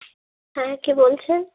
হ্যাঁ কে বলছেন